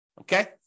Okay